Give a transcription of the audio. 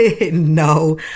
No